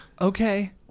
Okay